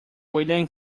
william